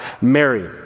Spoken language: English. Mary